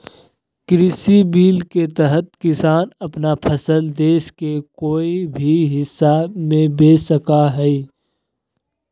कृषि बिल के तहत किसान अपन फसल देश के कोय भी हिस्सा में बेच सका हइ